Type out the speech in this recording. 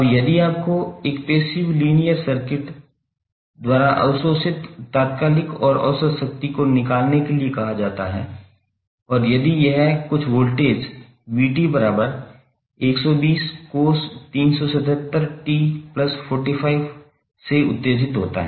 अब यदि आपको एक पैसिव लीनियर सर्किट द्वारा अवशोषित तात्कालिक और औसत शक्ति को निकालने के लिए कहा जाता है और यदि यह कुछ वोल्टेज 𝑣𝑡120cos377𝑡45° से उत्तेजित होता है